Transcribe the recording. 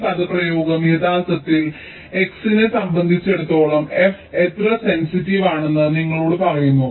ഈ പദപ്രയോഗം യഥാർത്ഥത്തിൽ x നെ സംബന്ധിച്ചിടത്തോളം f എത്ര സെൻസിറ്റീവ് ആണെന്ന് നിങ്ങളോട് പറയുന്നു